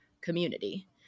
community